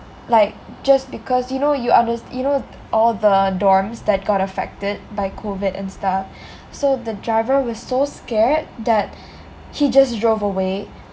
like just because you know you un~ you know all the dorms that got affect affected by COVID and stuff so the driver was so scared that he just drove away